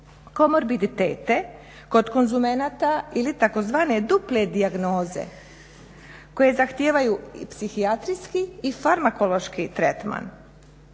komorbiditete kod konzumenta ili tzv. duple dijagnoze koje zahtijevaju psihijatrijski i farmakološki tretman.